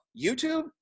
YouTube